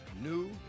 new